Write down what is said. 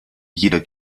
jeder